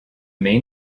main